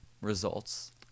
results